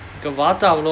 பார்த்தா:paarthaa